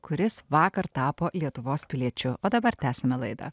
kuris vakar tapo lietuvos piliečiu o dabar tęsiame laidą